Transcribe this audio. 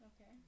Okay